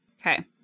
Okay